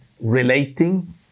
relating